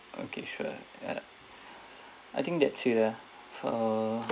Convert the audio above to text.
okay sure ya I think that ya for